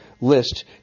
list